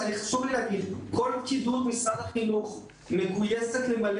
כל פקידות משרד החינוך מגויסת למלא